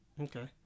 Okay